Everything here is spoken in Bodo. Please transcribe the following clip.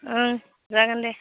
ओं जागोन दे